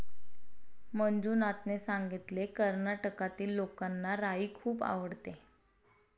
मंजुनाथने सांगितले, कर्नाटकातील लोकांना राई खूप आवडते